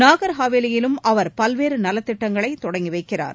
நாகர் ஹாவேலியிலும் அவர் பல்வேறு நலத்திட்டங்களை தொடங்கி வைக்கிறார்